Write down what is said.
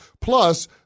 Plus